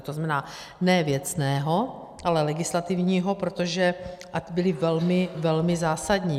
To znamená, ne věcného, ale legislativního, protože ať byly velmi, velmi zásadní.